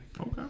Okay